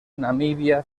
namibia